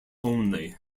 only